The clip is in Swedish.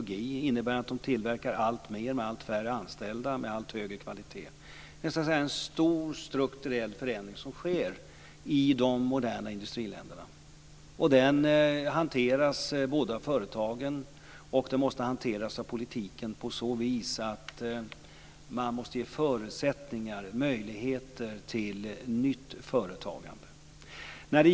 Det innebär att de tillverkar alltmer med allt färre anställda och med allt högre kvalitet. Det är en stor strukturell förändring som sker i de moderna industriländerna. Den hanteras av företagen. Politiken måste ge förutsättningar för och möjligheter till nytt företagande.